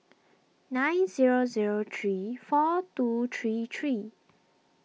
nine zero zero three four two three three